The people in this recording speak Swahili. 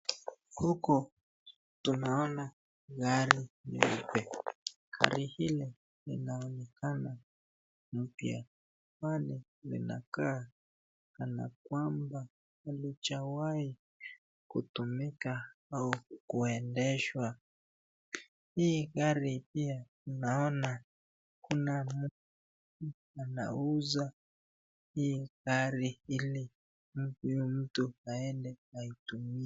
Huku tunaona gari nyeupe. Gari Ile inaonekana mpya. Gari inakaa kana kwamba haijawahi kutumika au kuendeshwa. Hii gari pia tunaona kuna mtu anauza hii gari ili mtu aende aitumie.